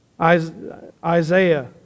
Isaiah